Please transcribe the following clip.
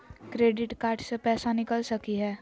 Credit card से पैसा निकल सकी हय?